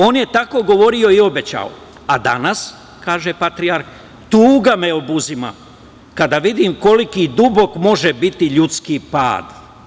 On je tako govorio i obećao, a danas, kaže patrijarh, tuga me obuzima kada vidim koliki dubok može biti ljudski pad.